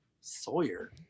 Sawyer